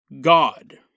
God